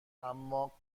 اما